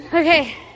Okay